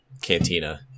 cantina